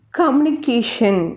communication